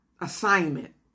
assignment